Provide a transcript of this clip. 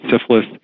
syphilis